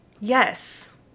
Yes